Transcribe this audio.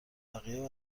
بقیه